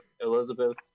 Elizabeth